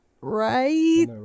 Right